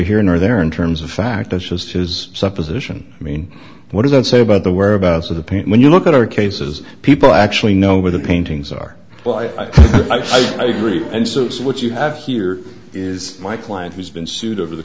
here nor there in terms of fact that's just his supposition i mean what does that say about the whereabouts of the paint when you look at our cases people actually know where the paintings are why i've read and so so what you have here is my client who's been sued over the